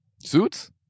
Suits